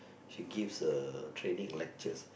she give a training lectures